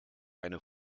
eine